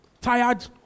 Tired